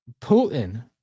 Putin